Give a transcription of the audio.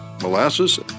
molasses